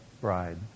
bride